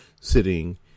sitting